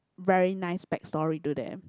very nice back story to them